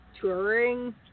touring